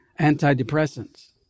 antidepressants